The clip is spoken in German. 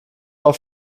auf